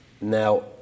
Now